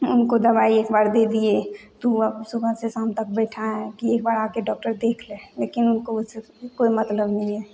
उनको दवाई एक बार दे दिए तो वो अब सुबह से शाम तक बैठा है कि एक बार आके डॉक्टर देख लें लेकिन उनको उससे कोई मतलब नहीं है